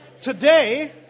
Today